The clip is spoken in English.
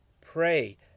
pray